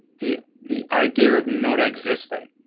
the the idea of not existing